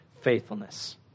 faithfulness